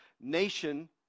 Nation